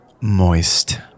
Moist